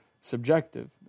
subjective